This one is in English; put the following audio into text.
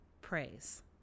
praise